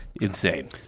Insane